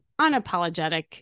unapologetic